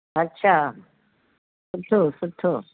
अछा सुठो सुठो